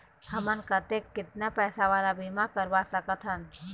हमन कतेक कितना पैसा वाला बीमा करवा सकथन?